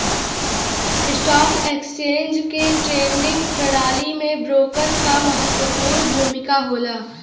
stock exchange के trading प्रणाली में ब्रोकर क महत्वपूर्ण भूमिका होला